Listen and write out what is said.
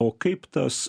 o kaip tas